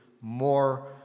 more